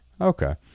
okay